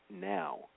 now